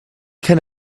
can